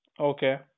Okay